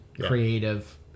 creative